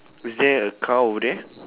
is there a cow over there